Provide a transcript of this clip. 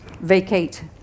vacate